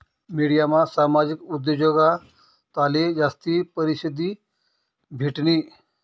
मिडियामा सामाजिक उद्योजकताले जास्ती परशिद्धी भेटनी